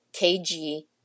KG